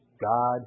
God